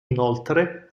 inoltre